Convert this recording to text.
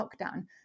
lockdown